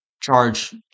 charge